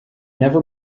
never